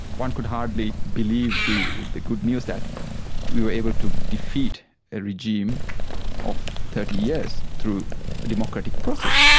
one could hardly believe the the good news that we were able to defeat a regime of thirty years through a democratic process.